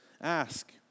ask